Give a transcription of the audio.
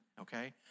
okay